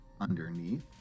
underneath